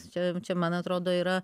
čia čia man atrodo yra